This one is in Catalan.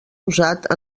usat